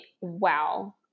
Wow